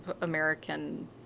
American